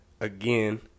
again